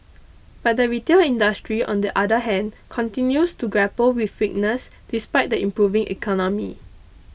but the retail industry on the other hand continues to grapple with weakness despite the improving economy